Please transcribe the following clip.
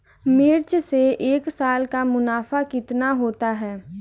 मिर्च से एक साल का मुनाफा कितना होता है?